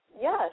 Yes